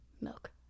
milk